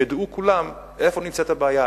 ידעו כולם איפה נמצאת הבעיה.